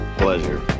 pleasure